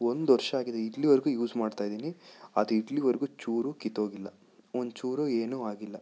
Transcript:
ಒಂದು ವರ್ಷ ಆಗಿದೆ ಇಲ್ಲಿವರ್ಗೂ ಯೂಸ್ ಮಾಡ್ತಾ ಇದ್ದೀನಿ ಅದು ಇಲ್ಲಿವರೆಗೂ ಚೂರೂ ಕಿತ್ತೋಗಿಲ್ಲ ಒಂಚೂರೂ ಏನೂ ಆಗಿಲ್ಲ